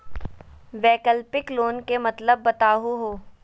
वैकल्पिक लोन के मतलब बताहु हो?